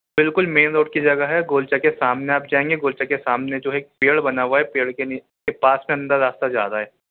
بالکل main road کی جگہ ہے گولچہ کے سامنے آپ جائیں گے گولچہ کے سامنے جو ہے ایک پیڑ بنا ہوا ہے پیڑ کے پاس میں اندر راستہ جا رہا ہے